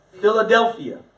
Philadelphia